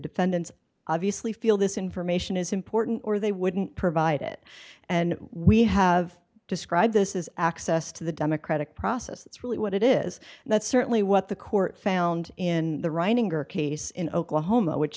defendants obviously feel this information is important or they wouldn't provide it and we have described this as access to the democratic process that's really what it is and that's certainly what the court found in the writing or case in oklahoma which